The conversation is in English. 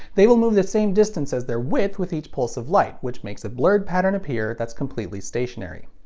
they will move the same distance as their width with each pulse of light, which makes a blurred pattern appear that's completely stationary.